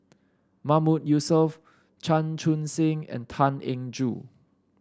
Mahmood Yusof Chan Chun Sing and Tan Eng Joo